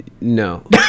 No